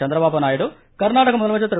சந்திரபாபு நாயுடு கர்நாடக முதலமைச்சர் திரு